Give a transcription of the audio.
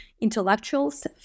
Intellectuals